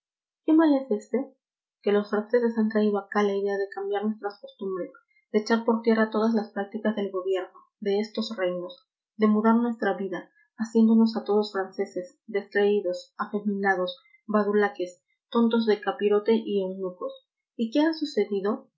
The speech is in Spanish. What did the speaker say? qué mal es este que los franceses han traído acá la idea de cambiar nuestras costumbres de echar por tierra todas las prácticas del gobierno de estos reinos de mudar nuestra vida haciéndonos a todos franceses descreídos afeminados badulaques tontos de capirote y eunucos y qué ha sucedido